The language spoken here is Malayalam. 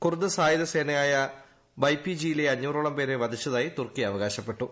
കുർദ് സായുധ സേനയായ വൈപിജിയിലെ അഞ്ഞൂറോളം പേരെ വധിച്ചതായി തുർക്കി അവകാശപ്പെട്ടു